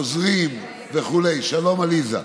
עוזרים וכו' שלום עליזה,